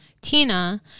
Tina